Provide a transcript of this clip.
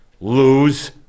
Lose